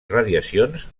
radiacions